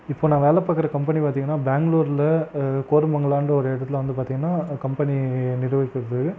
இப்போ நான் வேலை பார்க்குற கம்பெனி பார்த்தீங்கன்னா பெங்களூர்ல கோரமங்களான்ற ஒரு இடத்துல வந்து பார்த்தீங்கன்னா கம்பெனி நிறுவிருக்கிறது